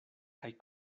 kaj